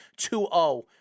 2-0